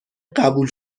قبول